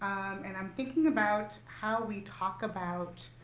and i'm thinking about how we talk about